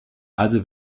also